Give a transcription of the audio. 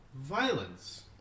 violence